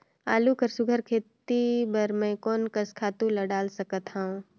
आलू कर सुघ्घर खेती बर मैं कोन कस खातु ला डाल सकत हाव?